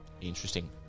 Interesting